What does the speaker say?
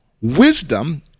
Wisdom